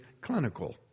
clinical